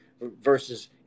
versus